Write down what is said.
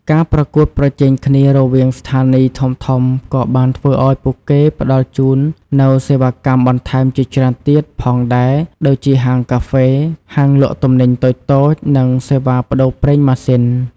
ការប្រកួតប្រជែងគ្នារវាងស្ថានីយ៍ធំៗក៏បានធ្វើឱ្យពួកគេផ្តល់ជូននូវសេវាកម្មបន្ថែមជាច្រើនទៀតផងដែរ ដូចជាហាងកាហ្វេ ហាងលក់ទំនិញតូចៗ និងសេវាប្តូរប្រេងម៉ាស៊ីន។